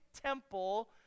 temple